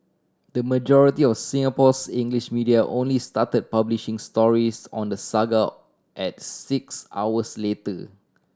the majority of Singapore's English media only started publishing stories on the saga at six hours later